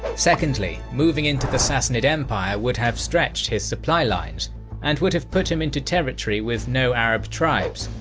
secondly, moving into the sassanid empire would have stretched his supply lines and would have put him into territory with no arab tribes.